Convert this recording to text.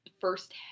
first